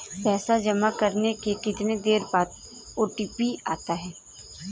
पैसा जमा होने के कितनी देर बाद ओ.टी.पी आता है?